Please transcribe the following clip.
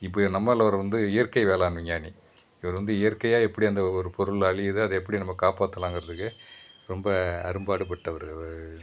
இப்போ நம்மால்வாரை வந்து இயற்கை வேளாண் விஞ்ஞானி அவர் வந்து இயற்கையாக எப்படி அந்த ஒரு பொருள் அழியிது அதை அப்படி நம்ம காப்பாத்துலாம்ங்குறதுக்கு ரொம்ப அரும்பாடுபட்டவரு